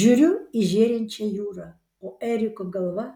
žiūriu į žėrinčią jūrą o eriko galva